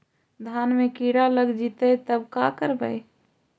धान मे किड़ा लग जितै तब का करबइ?